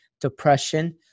depression